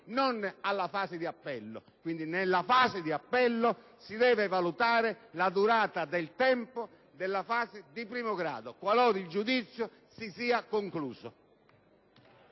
non «alla» fase di appello. Quindi, «nella» fase di appello si deve valutare la durata del tempo della fase di primo grado, qualora il giudizio si sia concluso.